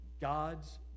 God's